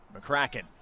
McCracken